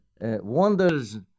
wonders